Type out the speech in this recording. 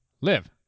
Live